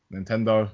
Nintendo